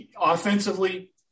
Offensively